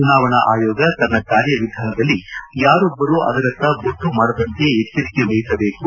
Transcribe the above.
ಚುನಾವಣಾ ಆಯೋಗ ತನ್ನ ಕಾರ್ಯವಿಧಾನದಲ್ಲಿ ಯಾರೊಬ್ಬರೂ ಅದರತ್ತ ಬೊಟ್ಟು ಮಾಡದಂತೆ ಎಚ್ಚರಿಕೆ ವಹಿಸಬೇಕು